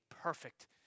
perfect